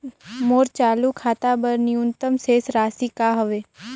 मोर चालू खाता बर न्यूनतम शेष राशि का हवे?